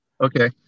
Okay